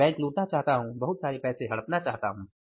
मैं बैंक लूटना चाहता हूं बहुत सारे पैसे हड़पना चाहता हूं